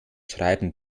schreiben